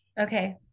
okay